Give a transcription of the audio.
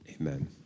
Amen